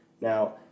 Now